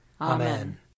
Amen